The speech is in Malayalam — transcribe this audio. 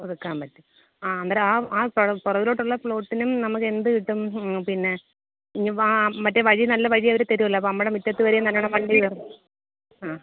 ഒതുക്കാൻ പറ്റും ആ അന്നേരം ആ ആ പുറകിലോട്ടുള്ള പ്ലോട്ടിനും നമുക്ക് എന്ത് കിട്ടും പിന്നെ ഇനി വാ മറ്റേ വഴി നല്ല വഴി അവർ തരുമല്ലോ അപ്പോൾ നമ്മുടെ മുറ്റത്ത് വരെയും നല്ലോണം വണ്ടി കയറും ആ